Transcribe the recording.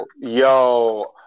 yo